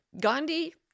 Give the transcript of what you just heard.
Gandhi